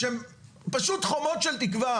פשוט "חומות של תקווה",